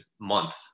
month